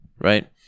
right